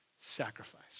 sacrifice